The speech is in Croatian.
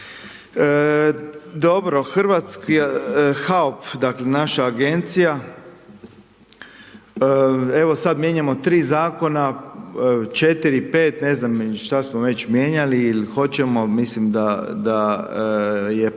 Dobro, HAOP, dakle, naša Agencija, evo sad mijenjamo 3 Zakona, 4,5, ne znam šta smo već mijenjali il hoćemo, mislim da je pred